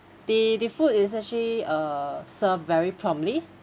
the the food is actually uh serve very promptly